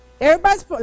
Everybody's